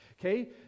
okay